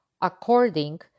according